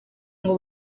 ngo